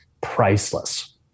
Priceless